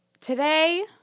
Today